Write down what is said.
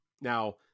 Now